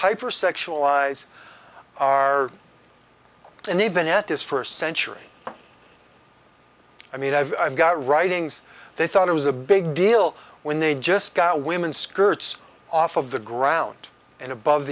hyper sexualized are and they've been at this for a century i mean i've got writings they thought it was a big deal when they just got women's skirts off of the ground and above